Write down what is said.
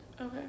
okay